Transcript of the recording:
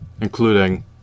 including